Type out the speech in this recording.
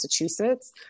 Massachusetts